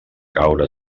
caure